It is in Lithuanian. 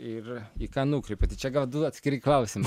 ir į ką nukreipiu tai čia gal du atskiri klausimai